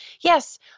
yes